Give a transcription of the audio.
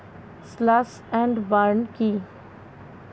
Slash and burn কি?